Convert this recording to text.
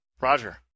Roger